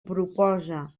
proposa